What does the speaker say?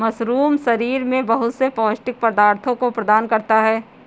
mushroom शरीर में बहुत से पौष्टिक पदार्थों को प्रदान करता है